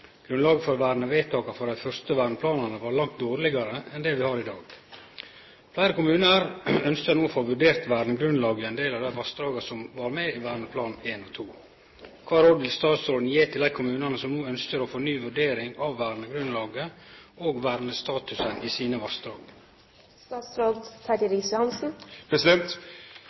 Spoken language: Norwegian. Grunnlaget for vernevedtaka for dei første verneplanane var langt dårlegare enn det vi har i dag. Fleire kommunar ønskjer no å få vurdert vernegrunnlaget i ein del av dei vassdraga som var med i verneplan 1 og 2. Kva råd vil statsråden gje til dei kommunane som no ønskjer å få ny vurdering av vernegrunnlaget og vernestatusen i sine